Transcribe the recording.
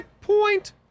point